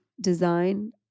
design